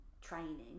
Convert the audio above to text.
training